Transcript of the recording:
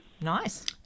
Nice